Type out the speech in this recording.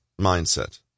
mindset